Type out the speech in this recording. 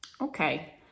okay